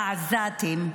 והעזתים,